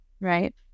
Right